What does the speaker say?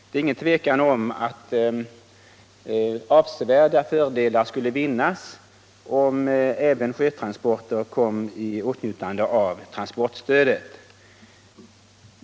Det är ingen tvekan om att avsevärda fördelar skulle vinnas om även sjötransporter kom i åtnjutande av transportstödet.